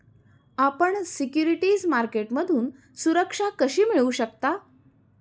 आपण सिक्युरिटीज मार्केटमधून सुरक्षा कशी मिळवू शकता?